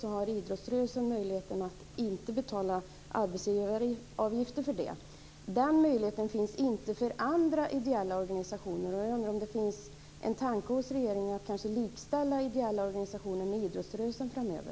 Då har idrottsrörelsen möjlighet att slippa betala arbetsgivaravgift för det. Den möjligheten finns inte för andra ideella organisationer. Jag undrar om det finns en tanke hos regeringen på att kanske likställa ideella organisationer med idrottsrörelsen framöver.